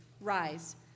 Rise